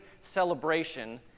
celebration